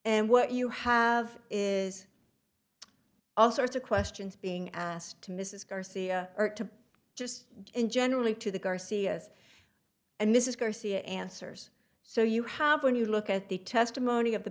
and what you have is all sorts of questions being asked to mrs garcia or to just generally to the garcias and this is garcia answers so you have when you look at the testimony of the